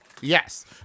Yes